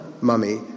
mummy